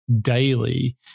daily